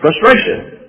frustration